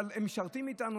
אבל הם משרתים איתנו,